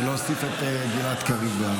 להוסיף את גלעד קריב.